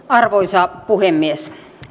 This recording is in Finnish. arvoisa puhemies